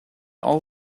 all